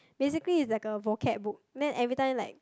basically it's like a vocab book then every time like